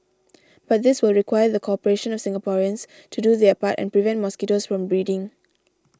but this will require the cooperation of Singaporeans to do their part and prevent mosquitoes from breeding